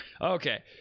Okay